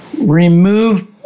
Remove